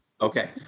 Okay